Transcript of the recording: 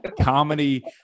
comedy